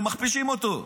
הם מכפישים אותו.